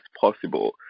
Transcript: possible